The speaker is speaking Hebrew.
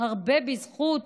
הרבה בזכות